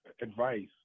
advice